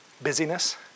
Busyness